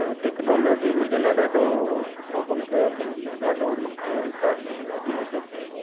त टेक्नोलॉजी मुंहिंजे लाइ ॾाढो सुठो कमु कयो अथईं अने ॾाढो मूंखे विकास में ॾाढी मदद कई अथईं